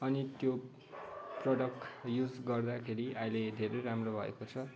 अनि त्यो product use गर्दाखेरि अहिले धेरै राम्रो भएको छ